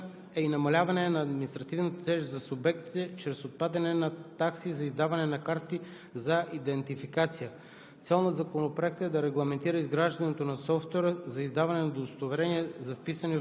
както и възможност за използване на данните от различни заинтересовани институции. Цел на Законопроекта е и намаляване на административната тежест за субектите чрез отпадане на такси за издаване на карти за идентификация.